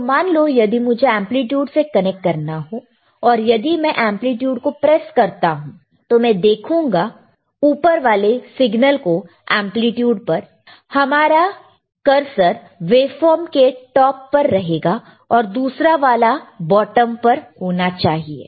तो मान लो यदि मुझे एंप्लीट्यूड से कनेक्ट करना हो और यदि मैं एंप्लीट्यूड को प्रेस करती हूं तो मैं देखूंगी ऊपर वाले सिग्नल को एंप्लीट्यूड पर हमारा कर वेवर्फॉर्म के टॉप पर रहेगा और दूसरा वाला बॉटम पर होना चाहिए